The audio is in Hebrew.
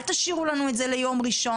אל תשאירו לנו את זה ליום ראשון,